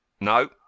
No